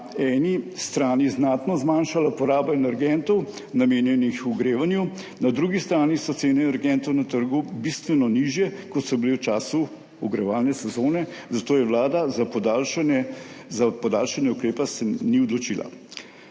na eni strani znatno zmanjšala poraba energentov, namenjenih ogrevanju, na drugi strani so cene energentov na trgu bistveno nižje, kot so bile v času ogrevalne sezone, zato se Vlada za podaljšanje ukrepa se ni odločila.